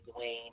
Dwayne